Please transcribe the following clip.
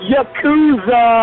Yakuza